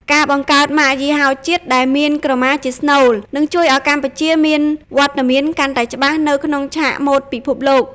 ការបង្កើត ម៉ាកយីហោជាតិ ដែលមានក្រមាជាស្នូល នឹងជួយឲ្យកម្ពុជាមានវត្តមានកាន់តែច្បាស់នៅក្នុងឆាកម៉ូដពិភពលោក។